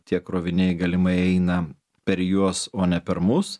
tie kroviniai galimai eina per juos o ne per mus